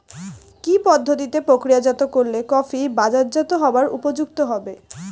কি পদ্ধতিতে প্রক্রিয়াজাত করলে কফি বাজারজাত হবার উপযুক্ত হবে?